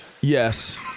Yes